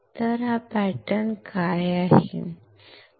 तर हा पॅटर्न काय आहे